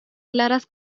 claras